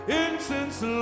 incense